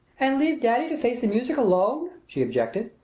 and leave daddy to face the music alone? she objected.